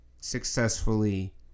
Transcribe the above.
successfully